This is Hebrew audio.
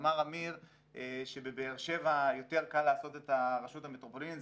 אמר אמיר שבבאר שבע יותר קל לעשות את הרשות המטרופולינית.